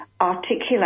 articulate